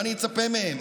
מה אני אצפה מהם?